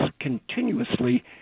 continuously